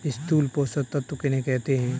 स्थूल पोषक तत्व किन्हें कहते हैं?